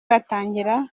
batangira